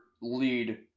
lead